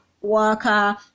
worker